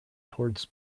towards